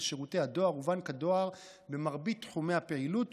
שירותי הדואר ובנק הדואר במרבית תחומי הפעילות,